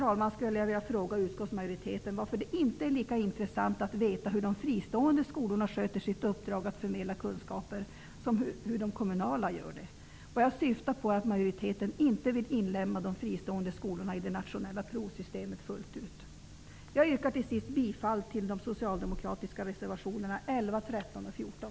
Till sist skulle jag vilja fråga utskottsmajoriteten varför det inte är lika intressant att veta hur de fristående skolorna sköter sitt uppdrag att förmedla kunskaper som hur de kommunala skolorna gör det? Jag syftar på att majoriteten inte vill inlemma de fristående skolorna fullt ut i det nationella provsystemet. Jag yrkar bifall till de socialdemokratiska reservationerna 11, 13 och 14.